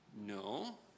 No